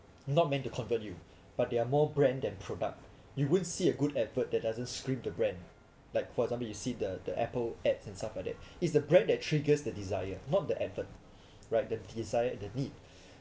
not meant to convert you but they're more brand than product you won't see a good advert that doesn't script the brand like for example you see the the Apple ads and stuff like that it's the brand that triggers the desire not the effort right the desire the need